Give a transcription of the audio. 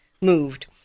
moved